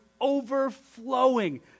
overflowing